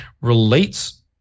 relates